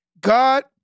God